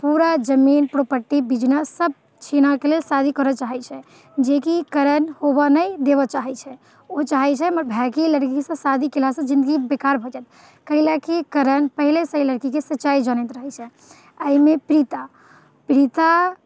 पूरा जमीन property business सभ छीनयके लेल शादी करय चाहैत छै जेकि करण होबय नहि देबऽ चाहैत छै ओ चाहैत छै हमर भायके ई लड़कीसँ शादी कयलासँ जिन्दगी बेकार भऽ जायत कैला कि करण पहिनेसँ ई लड़कीके सच्चाइ जनैत रहैत छै एहिमे प्रीता प्रीता